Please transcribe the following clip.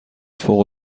فوق